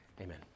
Amen